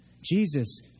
Jesus